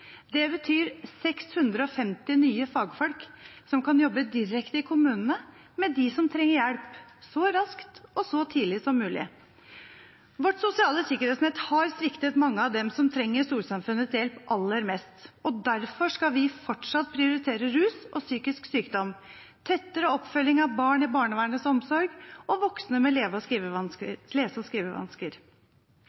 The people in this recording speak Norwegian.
Det betyr 650 nye fagfolk som kan jobbe direkte i kommunene med dem som trenger hjelp – så raskt og så tidlig som mulig. Vårt sosiale sikkerhetsnett har sviktet mange av dem som trenger storsamfunnets hjelp aller mest, og derfor skal vi fortsatt prioritere rus og psykisk sykdom, tettere oppfølging av barn i barnevernets omsorg og voksne med lese- og